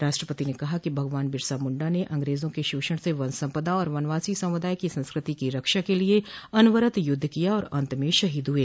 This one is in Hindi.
राष्ट्रपति ने कहा कि भगवान बिरसा मुंडा ने अंग्रेजों के शोषण से वन सपदा और वनवासी समुदाय की संस्कृति की रक्षा के लिए अनवरत युद्ध किया और अंत में शहीद हुए